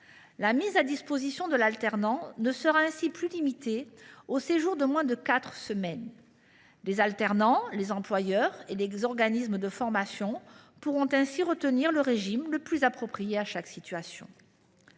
mise à disposition ne sera plus limitée aux séjours de moins de quatre semaines. Les alternants, employeurs et organismes de formation pourront ainsi retenir le régime le plus approprié à chaque situation.